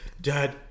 Dad